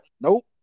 Nope